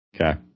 Okay